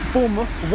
Bournemouth